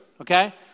Okay